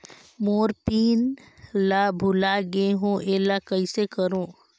मोर PIN ला भुला गे हो एला कइसे करो?